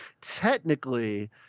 Technically